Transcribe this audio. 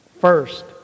first